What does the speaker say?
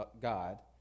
God